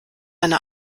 eine